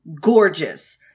gorgeous